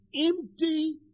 empty